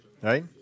right